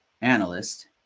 analyst